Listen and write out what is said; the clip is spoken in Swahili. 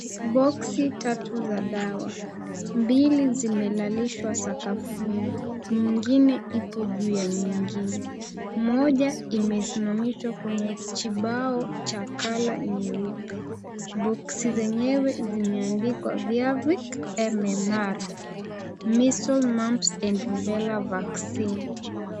Box tatu za dawa, mbili zimelalishwa sakafuni nyingine ipo juu ya nyingine ,Moja imesimamishwa kwenye jipao cha color nyeupe, box zenyewe imeandikwa Vyvac MMR, Measles Mumps and Rebella Vaccine .